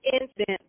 incident